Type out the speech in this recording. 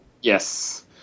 yes